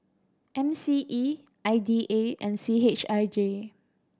M C E I D A and C H I J